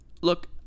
look